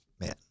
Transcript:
man